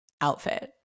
outfit